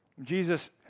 Jesus